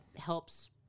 helps